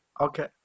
Okay